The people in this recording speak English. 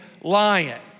lion